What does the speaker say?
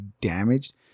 damaged